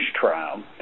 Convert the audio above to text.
trial